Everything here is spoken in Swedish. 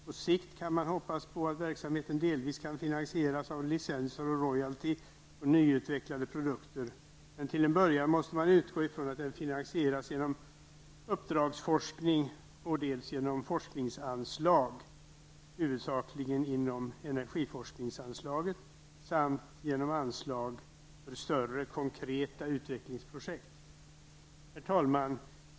På sikt kan man hoppas på att verksamheten delvis kan finansieras av licenser och royalty på nyutvecklade produkter, men till en början måste man utgå ifrån att den finansieras dels genom uppdragsforskning, dels genom forskningsanslag -- huvudsakligen inom energiforskningsanslaget -- samt dels genom anslag för större konkreta utvecklingsprojekt. Herr talman!